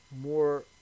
more